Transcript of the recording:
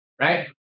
right